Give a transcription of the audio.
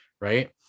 Right